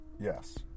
Yes